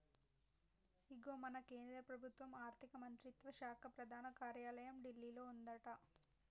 ఇగో మన కేంద్ర ప్రభుత్వ ఆర్థిక మంత్రిత్వ శాఖ ప్రధాన కార్యాలయం ఢిల్లీలో ఉందట